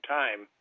time